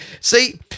See